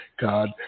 God